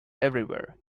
everywhere